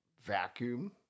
vacuum